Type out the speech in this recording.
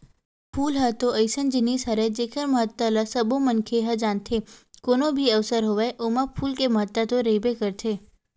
फूल ह तो अइसन जिनिस हरय जेखर महत्ता ल सबो मनखे ह जानथे, कोनो भी अवसर होवय ओमा फूल के महत्ता तो रहिबे करथे